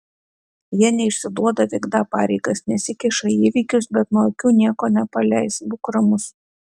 jie neišsiduoda vykdą pareigas nesikiša į įvykius bet nuo akių nieko nepaleis būk ramus